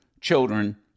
children